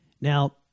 Now